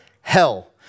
hell